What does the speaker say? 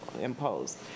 imposed